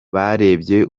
barebye